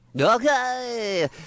Okay